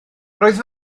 roedd